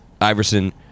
Iverson